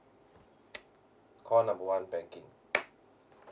call number one banking